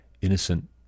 innocent